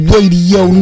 Radio